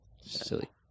Silly